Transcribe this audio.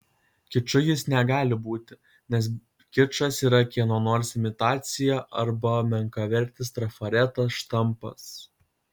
kiču jis negali būti nes kičas yra kieno nors imitacija arba menkavertis trafaretas štampas